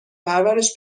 پرورش